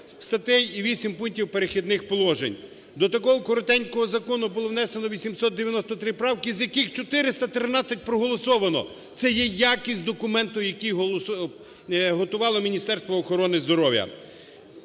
статей і 8 пунктів "перехідних положень". До такого коротенького закону було внесено 893 правки, з яких 413 проголосовано. Це є якість документу, який готувало Міністерство охорони здоров'я.